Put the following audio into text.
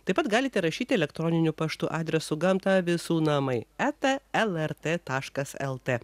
taip pat galite rašyti elektroniniu paštu adresu gamta visų namai eta lrt taškas lt